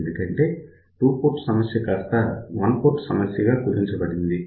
ఎందుకంటే టుపోర్ట్ సమస్య కాస్తా వన్ పోర్ట్ సమస్యగా కుదించబడింది